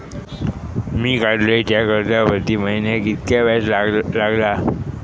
मी काडलय त्या कर्जावरती महिन्याक कीतक्या व्याज लागला?